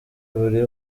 buri